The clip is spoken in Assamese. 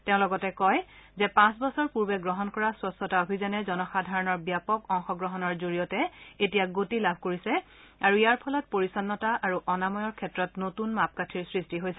তেওঁ লগতে কয় যে পাঁচ বছৰ পূৰ্বে গ্ৰহণ কৰা স্বচ্ছতা অভিযানে জনসাধাৰণৰ ব্যাপক অংশগ্ৰহণৰ জৰিয়তে এতিয়া গতি লাভ কৰিছে আৰু ইয়াৰ ফলত পৰিছ্ন্নতা আৰু অনাময়ৰ ক্ষেত্ৰত নতুন মাপকাঠীৰ সৃষ্টি হৈছে